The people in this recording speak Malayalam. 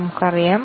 നമുക്ക് നോക്കാം